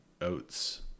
oats